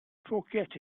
forget